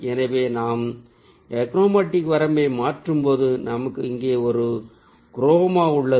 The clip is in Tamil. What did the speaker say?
எனவே நாம் எக்ரோமேட்டிக் வரம்பை மாற்றும்போது நமக்கு இங்கே ஒரு குரோமா உள்ளது